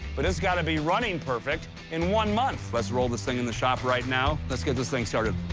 but it's got to be running perfect in one month. let's roll this thing in the shop right now. let's get this thing started.